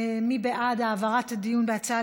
מי בעד העברת הדיון בהצעה